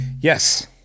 Yes